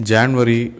January